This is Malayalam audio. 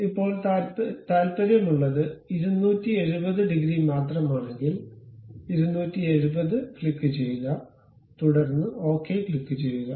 ഇപ്പോൾ താൽപ്പര്യമുള്ളത് 270 ഡിഗ്രി മാത്രമാണെങ്കിൽ 270 ക്ലിക്കുചെയ്യുക തുടർന്ന് ഓക്കേ ക്ലിക്കുചെയ്യുക